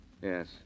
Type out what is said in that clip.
Yes